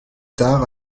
tard